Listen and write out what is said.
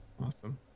Awesome